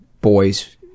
boys